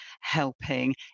helping